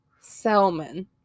Selman